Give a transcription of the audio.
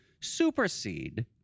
supersede